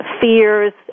fears